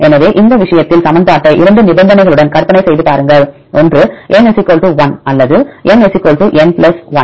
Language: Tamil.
எனவே இந்த விஷயத்தில் சமன்பாட்டை இரண்டு நிபந்தனைகளுடன் கற்பனை செய்து பாருங்கள் ஒன்று N 1 அல்லது N n 1